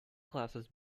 classes